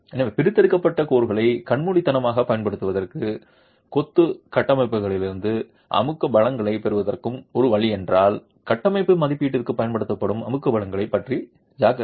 எனவே பிரித்தெடுக்கப்பட்ட கோர்களை கண்மூடித்தனமாகப் பயன்படுத்துவதற்கும் கொத்து கட்டுமானங்களிலிருந்து அமுக்க பலங்களைப் பெறுவதற்கும் ஒரு வழி என்றால் கட்டமைப்பு மதிப்பீட்டிற்குப் பயன்படுத்தப்படும் அழுத்த பலங்களைப் பற்றி ஜாக்கிரதை